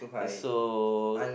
so